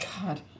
God